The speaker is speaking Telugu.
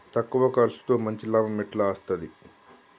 తక్కువ కర్సుతో మంచి లాభం ఎట్ల అస్తది?